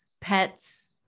pets